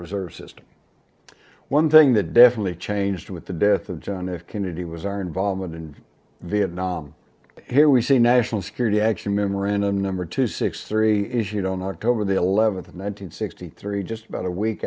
reserve system one thing that definitely changed with the death of john f kennedy was our involvement in vietnam here we see national security action memorandum number two six three issue don't october the eleventh one thousand nine hundred sixty three just about a week